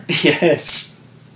Yes